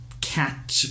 cat